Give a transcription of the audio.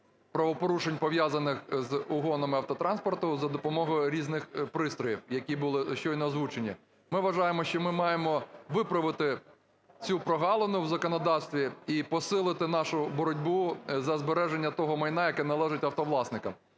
правопорушень, пов'язаних з угонами автотранспорту за допомогою різних пристроїв, які були щойно озвучені. Ми вважаємо, що ми маємо виправити цю прогалину в законодавстві і посилити нашу боротьбу за збереження того майна, яке належить автовласникам.